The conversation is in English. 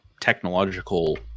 technological